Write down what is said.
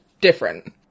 different